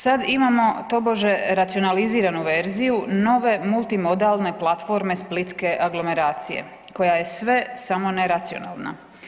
Sad imamo tobože racionaliziranu verziju nove multimodalne platforme splitske aglomeracije koja je sve samo ne racionalna.